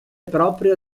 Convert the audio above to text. proprio